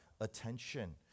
attention